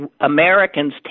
Americans